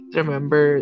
remember